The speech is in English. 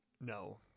No